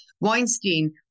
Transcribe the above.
Weinstein